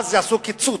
ואז יעשו קיצוץ,